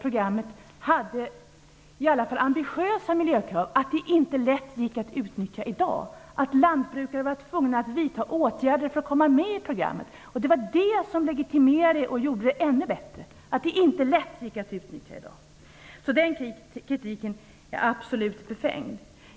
Programmet innehöll i alla fall ambitiösa miljökrav, men det skulle inte lätt gå att utnyttja i dag. Lantbrukare skulle vara tvungna att vidta åtgärder för att komma med i programmet. Det var detta som legitimerade det och gjorde det ännu bättre, att det inte lätt gick att utnyttja. Den kritiken är alltså helt befängd.